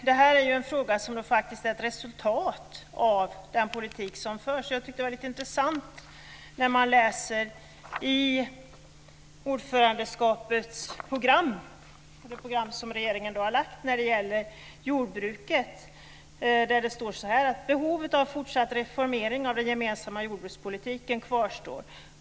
Detta är faktiskt en fråga som är ett resultat av den politik som förs. Jag tycker att det är intressant att i regeringens program för ordförandeskapet när det gäller jordbruket kan läsa: "Behovet av fortsatt reformering av den gemensamma jordbrukspolitiken kvarstår.